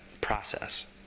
process